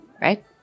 right